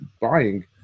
buying